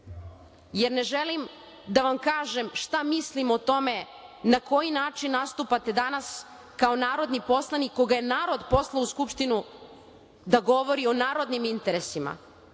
jer ne želim da vam kažem šta mislim o tome na koji način nastupate danas kao narodni poslanik koga je narod poslao u Skupštinu da govori o narodnim interesima,